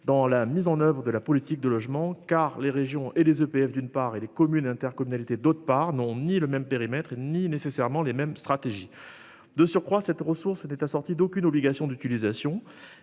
dans la mise en oeuvre de la politique de logement car les régions et les EPF d'une part et les communes et intercommunalités, d'autre part non, ni le même périmètre, ni nécessairement les mêmes stratégies de surcroît cette ressource était assortie d'aucune obligation d'utilisation